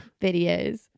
videos